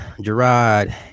Gerard